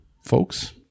folks